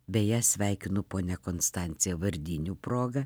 beje sveikinu ponia konstancija vardinių proga